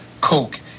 Coke